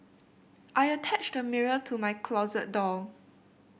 I attached a mirror to my closet door